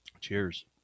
Cheers